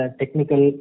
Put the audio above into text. technical